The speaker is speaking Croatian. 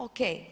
OK.